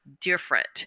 different